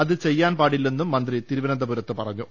അത് ചെയ്യാൻ പാടില്ലെന്നും മന്ത്രി തിരുവവന്തപുരത്ത് പറഞ്ഞു